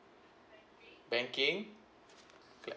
banking clap